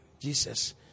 Jesus